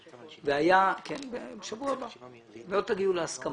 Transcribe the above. אם לא תגיעו להסכמה,